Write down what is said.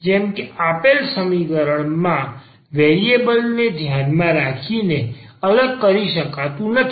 જેમ કે આપેલ સમીકરણ આ વેરિએબલ ને ધ્યાનમાં રાખીને અલગ કરી શકતું નથી